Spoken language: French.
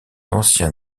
ancien